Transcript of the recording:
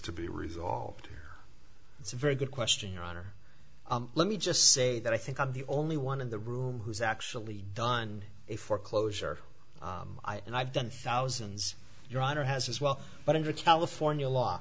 to be resolved that's a very good question your honor let me just say that i think i'm the only one in the room who's actually done a foreclosure and i've done thousands your honor has as well but it's california law